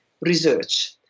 research